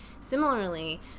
similarly